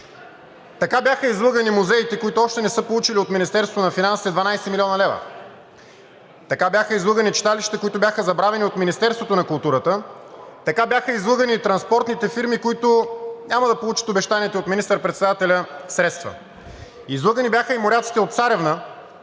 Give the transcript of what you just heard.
Така бяха излъгани музеите, които още не са получили от Министерството на финансите 12 млн. лв., така бяха излъгани читалищата, които бяха забравени от Министерството на културата, така бяха излъгани и транспортните фирми, които няма да получат обещаните от министър-председателя средства. Излъгани бяха и моряците от „Царевна“,